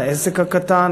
לעסק הקטן,